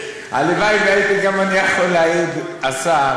הלוואי שהייתי גם אני יכול להעיד על השר,